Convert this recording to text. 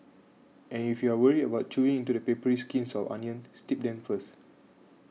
and if you are worried about chewing into the papery skins of onions steep them first